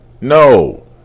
No